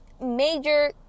major